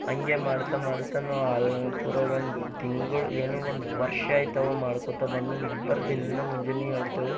ಹಂಗೆ ಮಾಡ್ತ ಮಾಡ್ತ ನಾ ಆಲಲ್ ಪೂರ ಒಂದು ತಿಂಗಳ್ ಏನು ಒಂದು ವರ್ಷ ಆಯ್ತು ಅವ ಮಾಡಿಕೋತ ಬಂದು ಇಬ್ಬರು ದಿನ ಮುಂಜಾನೆ ಏಳ್ತೆವು